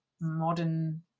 modern